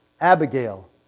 Abigail